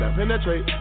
penetrate